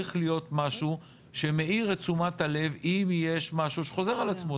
צריך להיות משהו שמאיר את תשומת הלב אם יש משהו שחוזר על עצמו.